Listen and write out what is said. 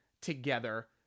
together